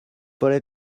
bore